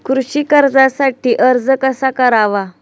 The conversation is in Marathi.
कृषी कर्जासाठी अर्ज कसा करावा?